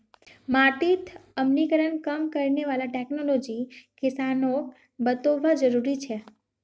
माटीत अम्लीकरण कम करने वाला टेक्नोलॉजी किसान लाक बतौव्वा जरुरी छेक